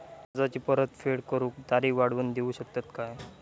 कर्जाची परत फेड करूक तारीख वाढवून देऊ शकतत काय?